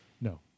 No